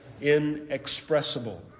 inexpressible